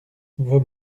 vos